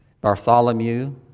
Bartholomew